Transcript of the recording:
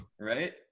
Right